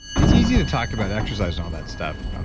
it's easy to talk about exercise and all that stuff.